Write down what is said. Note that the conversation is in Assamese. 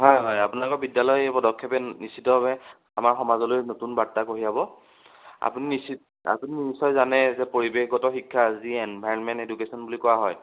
হয় হয় আপোনালোক বিদ্যালয় এই পদক্ষেপে নিশ্চিতভাৱে আমাৰ সমাজলৈ নতুন বাৰ্তা কঢ়িয়াব আপুনি নিশ্চিত আপুনি নিশ্চয় জানে যে পৰিৱেশগত শিক্ষা যি এনভাইনমেণ্ট এডুকেশ্যন বুলি কোৱা হয়